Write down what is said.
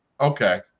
Okay